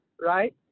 right